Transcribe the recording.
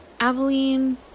Aveline